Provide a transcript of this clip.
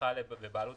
שהפכה לבעלות